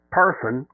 person